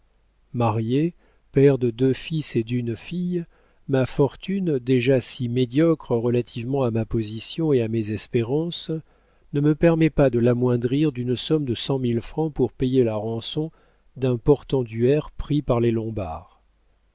marié père de deux fils et d'une fille ma fortune déjà si médiocre relativement à ma position et à mes espérances ne me permet pas de l'amoindrir d'une somme de cent mille francs pour payer la rançon d'un portenduère pris par les lombards